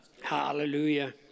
Hallelujah